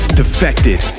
defected